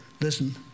Listen